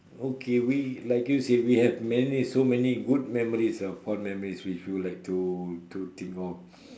okay we like you say we have many so many good memories or fond memories which we would like to to think of